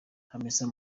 hamisa